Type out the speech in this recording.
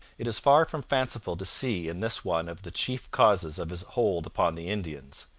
it is far from fanciful to see in this one of the chief causes of his hold upon the indians.